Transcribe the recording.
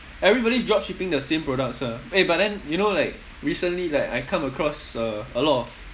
everybody is drop shipping the same products ah eh but then you know like recently like I come across uh a lot of